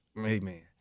Amen